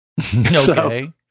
Okay